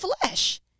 flesh